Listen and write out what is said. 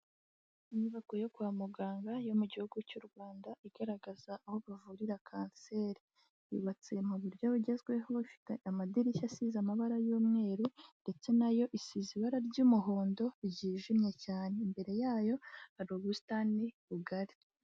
Inyubako yo kwa muganga yo mu gihugu cy'u Rwanda igaragaza aho bavurira kanseri. Yubatse mu buryo bugezweho, ifite amadirishya asize amabara y'umweru, ndetse nayo isize ibara ry'umuhondo ryijimye cyane. Imbere yayo hari ubusitani bugari.